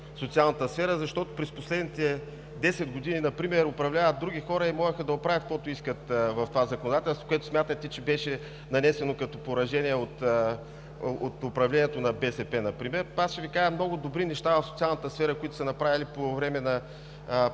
защото през последните 10 години например управляват други хора и можеха да оправят каквото искат в това законодателство, в което смятате, че беше нанесено поражение от управлението на БСП например. Аз ще Ви кажа много добри неща в социалната сфера, направени по време на така